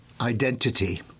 identity